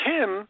Tim